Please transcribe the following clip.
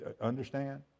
Understand